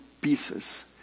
pieces